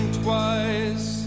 twice